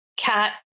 cat